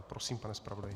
Prosím, pane zpravodaji.